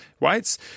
right